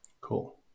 Cool